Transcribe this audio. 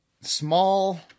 small